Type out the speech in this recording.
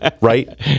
right